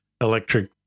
electric